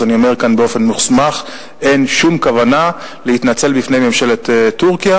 אז אני אומר כאן באופן מוסמך: אין שום כוונה להתנצל בפני ממשלת טורקיה.